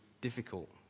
difficult